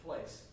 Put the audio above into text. Place